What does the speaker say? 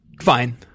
Fine